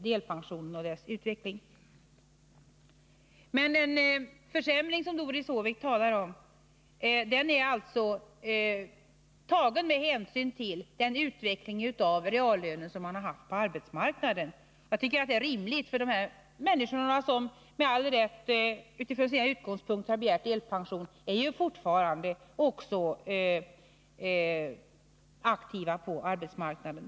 Den försämring som Doris Håvik talade om är alltså tagen med hänsyn till den utveckling av reallönen för de yrkesverksamma på arbetsmarknaden. Jag tycker att det är rimligt, eftersom de här människorna, som från sina utgångspunkter med all rätt har begärt delpension, ju fortfarande är aktiva på arbetsmarknaden.